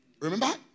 Remember